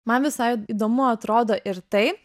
man visai įdomu atrodo ir tai